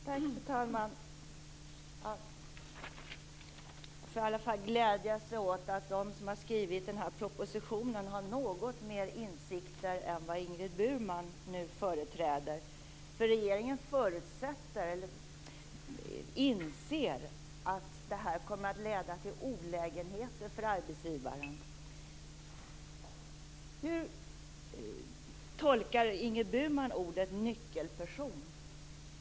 Fru talman! Man kan i alla fall glädja sig åt att de som har skrivit propositionen har något större insikter än de som Ingrid Burman nu företräder. Regeringen inser nämligen att detta kommer att leda till olägenheter för arbetsgivaren. Hur tolkar Ingrid Burman ordet nyckelperson?